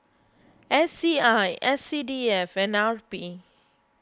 S C I S C D F and R P